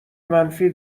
منفی